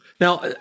now